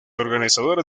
organizadores